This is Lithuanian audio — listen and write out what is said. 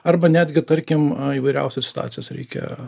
arba netgi tarkim įvairiausias situacijas reikia